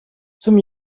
zum